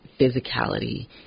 physicality